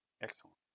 Excellent